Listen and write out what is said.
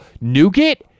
nougat